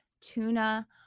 tuna